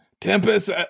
Tempest